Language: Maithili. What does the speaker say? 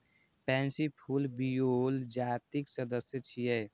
पैंसी फूल विओला जातिक सदस्य छियै